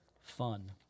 fun